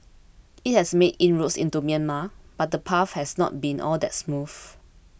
it has made inroads into Myanmar but the path has not been all that smooth